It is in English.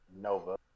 Nova